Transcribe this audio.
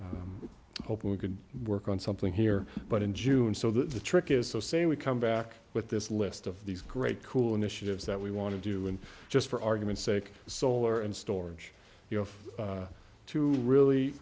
i hope we could work on something here but in june so the trick is so say we come back with this list of these great cool initiatives that we want to do and just for argument's sake solar and storage you know to really